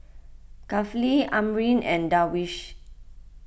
Kifli Amrin and Darwish